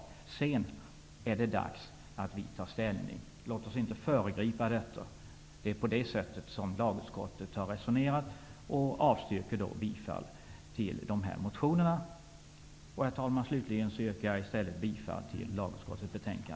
Därefter är det dags för oss att ta ställning. Låt oss inte föregripa utredningen. Så har lagutskottet resonerat och avstyrker därför bifall till motionerna. Herr talman! Jag yrkar bifall till lagutskottets hemställan.